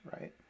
right